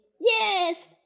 Yes